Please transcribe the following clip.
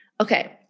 Okay